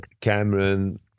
Cameron